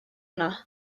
yno